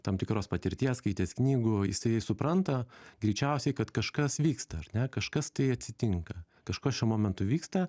tam tikros patirties skaitęs knygų jis staigiai supranta greičiausiai kad kažkas vyksta ar ne kažkas tai atsitinka kažkas šiuo momentu vyksta